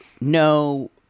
no